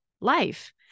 life